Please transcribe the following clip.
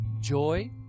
joy